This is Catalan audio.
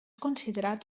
considerat